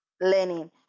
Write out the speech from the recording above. learning